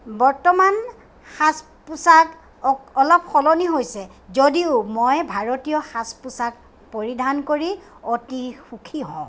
বৰ্তমান সাজ পোচাক অক্ অলপ সলনি হৈছে যদিও মই ভাৰতীয় সাজ পোচাক পৰিধান কৰি অতি সুখী হওঁ